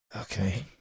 Okay